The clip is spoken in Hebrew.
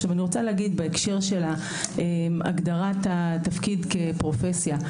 בהקשר של הגדרת התפקיד כפרופסיה.